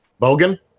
Bogan